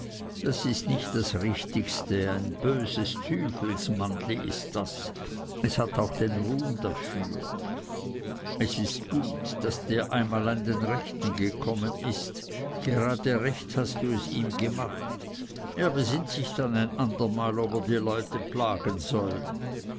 das ist nicht das richtigste ein böses tüfelsmannli ist das es hat auch den ruhm dafür es ist gut daß der einmal an den rechten gekommen ist gerade recht hast du es ihm gemacht er besinnt sich dann ein andermal ob er die leute plagen soll